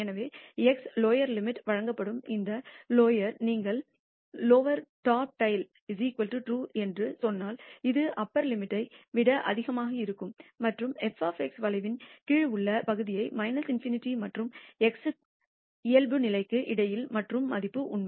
எனவே x lower limit எடுக்கப்படும் மற்றும் lower நீங்கள் லோவெற் டாட் டைல் true என்று சொன்னால் அது அப்பர் லிமிட்டை விட அதிகமாக இருக்கும் மற்றும் f வளைவின் கீழ் உள்ள பகுதியை ∞ மற்றும் x இயல்புநிலைக்கு இடையில் செய்யும் மதிப்பு உண்மை